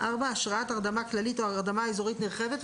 (4)השראת הרדמה כללית או הרדמה אזורית נרחבת,